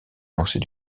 lancer